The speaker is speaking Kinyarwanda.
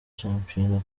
shampiyona